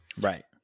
Right